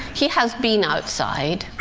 he has been outside,